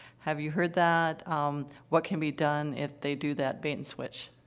have you heard that? um, what can be done if they do that bait and switch?